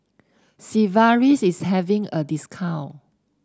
Sigvaris is having a discount